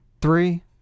Three